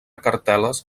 cartel·les